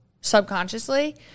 subconsciously